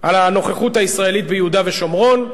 על הנוכחות הישראלית ביהודה ושומרון.